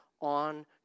on